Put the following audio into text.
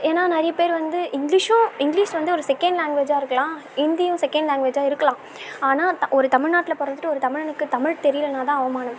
ஏன்னா நிறைய பேர் வந்து இங்கிலிஷும் இங்கிலிஷ் வந்து ஓரு செகண்ட் லாங்குவேஜாக இருக்கலாம் ஹிந்தியும் செகண்ட் லாங்வேஜாக இருக்கலாம் ஆனால் அது ஒரு தமிழ்நாட்டில் பிறந்துட்டு ஒரு தமிழனுக்கு தமிழ் தெரியலைனா தான் அவமானம்